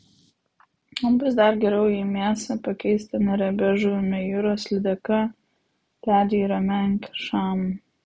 o bus dar geriau jei mėsą pakeisite neriebia žuvimi jūros lydeka ledjūrio menke šamu